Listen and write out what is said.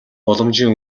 боломжийн